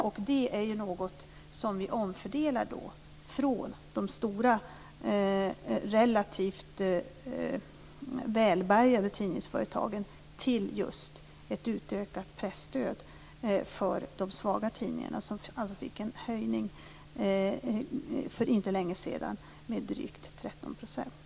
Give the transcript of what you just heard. Vi gör här en omfördelning från de stora och relativt välbärgade tidningsföretagen till just ett utökat presstöd för de svaga tidningarna, som för inte så länge sedan fick en höjning med drygt 13 %.